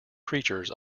preachers